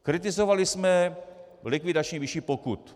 Kritizovali jsme likvidační výši pokut.